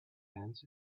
hands